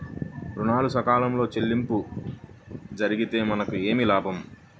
ఋణాలు సకాలంలో చెల్లింపు జరిగితే మనకు ఏమి లాభం?